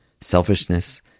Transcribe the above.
selfishness